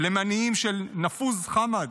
למניעים של נפוז חמאד,